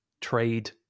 trade